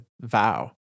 Vow